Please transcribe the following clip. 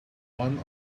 one